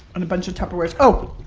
and a bunch of tupperwares oh,